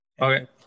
Okay